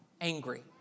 angry